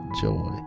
joy